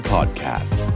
Podcast